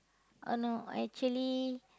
oh no I actually